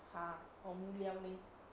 蛤很无聊嘞